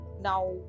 now